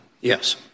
Yes